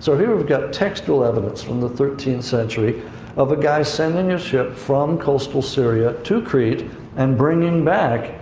so here we've got textual evidence from the thirteenth century of a guy sending a ship from coastal syria to crete and bringing back